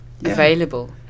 available